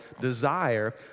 desire